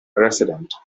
resident